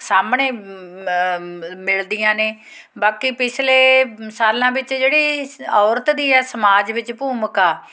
ਸਾਹਮਣੇ ਮ ਮਿਲਦੀਆਂ ਨੇ ਬਾਕੀ ਪਿਛਲੇ ਸਾਲਾਂ ਵਿੱਚ ਜਿਹੜੀ ਔਰਤ ਦੀ ਹੈ ਸਮਾਜ ਵਿੱਚ ਭੂਮਿਕਾ